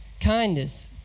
kindness